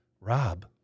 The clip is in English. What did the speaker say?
Rob